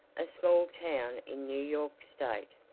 a small town in new york state.